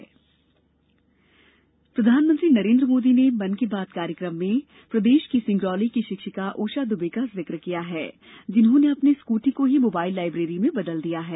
अच्छी खबर प्रधानमंत्री नरेन्द्र मोदी ने मन की बात कार्यकम में प्रदेश के सिंगरौली की शिक्षिका ऊषा दुबे का जिक किया है जिन्होंने अपनी स्कूटी को ही मोबाइल लायब्रेरी में बदल दिया है